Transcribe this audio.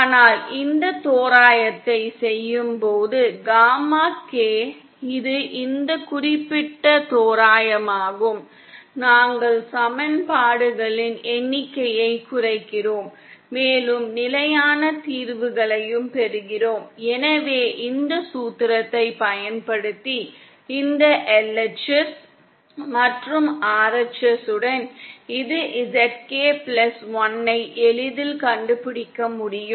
ஆனால் இந்த தோராயத்தை செய்யும்போது காமா K இது இந்த குறிப்பிட்ட தோராயமாகும் நாங்கள் சமன்பாடுகளின் எண்ணிக்கையை குறைக்கிறோம் மேலும் நிலையான தீர்வுகளையும் பெறுகிறோம் எனவே இந்த சூத்திரத்தைப் பயன்படுத்தி இந்த LHS மற்றும் RHS உடன் இது ZK பிளஸ் ஒன்னை எளிதில் கண்டுபிடிக்க முடியும்